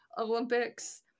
Olympics